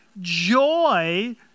joy